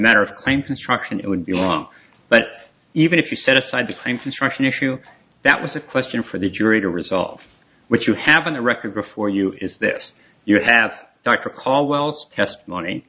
matter of claim construction it would be wrong but even if you set aside the claim construction issue that was a question for the jury to resolve which you have on the record before you is this you have not to call wells testimony